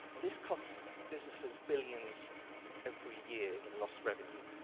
this costs businesses billions every year in lost revenue.